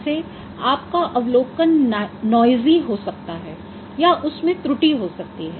जैसे आपका अवलोकन नॉइज़ी हो सकता है या उसमें त्रुटि हो सकती है